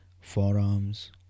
forearms